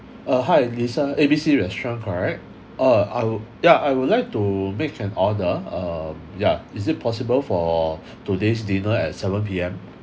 uh hi lisa A B C restaurant correct uh I wou~ yeah I would like to make an order uh yeah is it possible for today's dinner at seven P_M